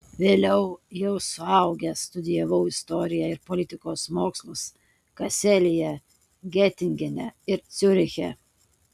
vėliau jau suaugęs studijavau istoriją ir politikos mokslus kaselyje getingene ir ciuriche